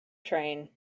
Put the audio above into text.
train